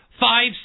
five